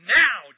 now